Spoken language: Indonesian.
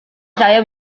saya